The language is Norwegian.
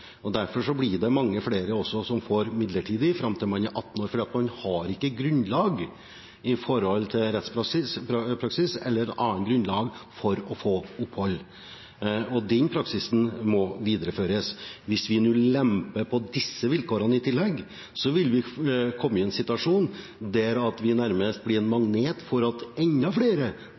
Derfor får mange flere midlertidig fram til man er 18 år, fordi man ikke har grunnlag når det gjelder rettspraksis, eller annet grunnlag, for å få opphold. Den praksisen må videreføres. Hvis vi nå i tillegg lemper på disse vilkårene, kommer vi i en situasjon der vi nærmest blir en magnet for at enda flere